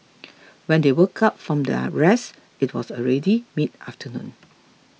when they woke up from their rest it was already mid afternoon